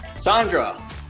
Sandra